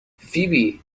فیبی